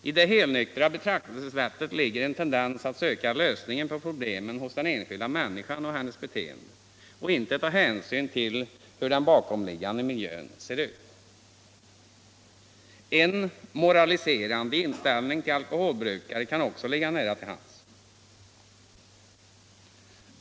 I det helnyktra betraktelsesättet ligger en tendens att söka lösningen på problemen hos den enskilda människan och hennes beteende och att inte ta hänsyn till hur den bakomliggande miljön ser ut. En moraliserande inställning till alkoholbrukare kan också ligga nära till hands.